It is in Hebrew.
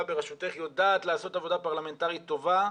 בראשותך יודעת לעשות עבודה פרלמנטרית טובה.